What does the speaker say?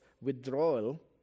withdrawal